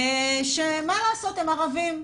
שמה לעשות, הם ערבים.